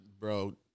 Bro